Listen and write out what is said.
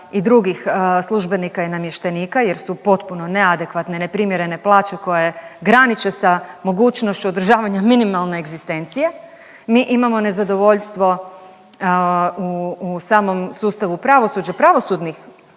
i drugih službenika i namještenika, jer su potpuno neadekvatne, neprimjerene plaće koje graniče sa mogućnošću održavanja minimalne egzistencije mi imamo nezadovoljstvo u samom sustavu pravosuđa, pravosudnih